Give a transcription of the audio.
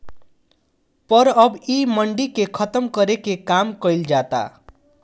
पर अब इ मंडी के खतम करे के काम कइल जाता